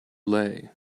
lay